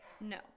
no